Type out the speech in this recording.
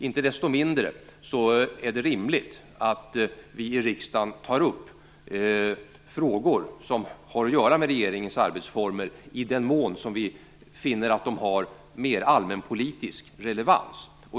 Inte desto mindre är det rimligt att vi i riksdagen tar upp frågor som har att göra med regeringens arbetsformer i den mån som vi finner att de har mer allmänpolitisk relevans.